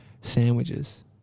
sandwiches